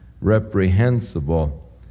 reprehensible